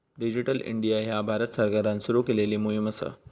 digital India ह्या भारत सरकारान सुरू केलेली मोहीम असा